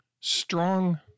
Strong